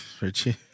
Richie